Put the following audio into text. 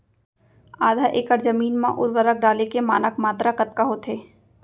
आधा एकड़ जमीन मा उर्वरक डाले के मानक मात्रा कतका होथे?